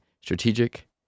strategic